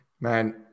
Man